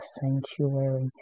sanctuary